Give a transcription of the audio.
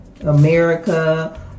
America